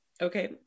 Okay